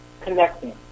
connecting